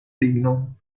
lignon